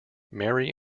mary